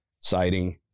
siding